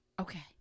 Okay